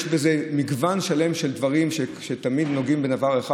יש בזה מגוון שלם של דברים שתמיד נוגעים בדבר אחד.